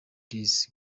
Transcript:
this